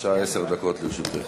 בבקשה, עשר דקות לרשותך.